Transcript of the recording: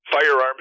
firearms